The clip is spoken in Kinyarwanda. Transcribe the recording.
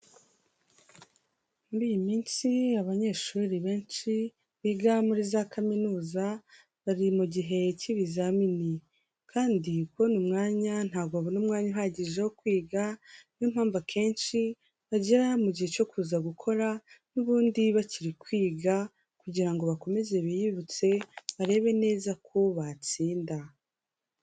Muri iyi minsi abanyeshuri benshi biga muri za kaminuza, bari mu gihe k'ibizamini kandi kubona umwanya ntabwo babona umwanya uhagije wo kwiga, ni yo mpamvu akenshi bagera mu gihe cyo kuza gukora n'ubundi bakiri kwiga, kugira ngo bakomeze biyibutse barebe neza ko batsinda.